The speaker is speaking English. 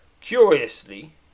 Curiously